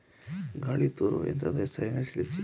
ಗಾಳಿ ತೂರುವ ಯಂತ್ರದ ಹೆಸರನ್ನು ತಿಳಿಸಿ?